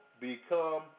become